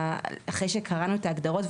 אחרי שקראנו את ההגדרות,